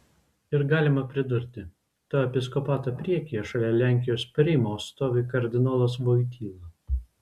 ir galima pridurti to episkopato priekyje šalia lenkijos primo stovi kardinolas voityla